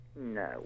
No